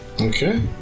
Okay